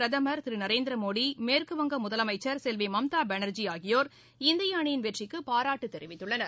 பிரதமர் திரு நரேந்திர மோடி மேற்கு வங்க முதலமைச்சர் செல்வி மம்தா பானார்ஜி ஆகியோர் இந்திய அணியின் வெற்றிக்கு பாராட்டு தெரிவித்துள்ளது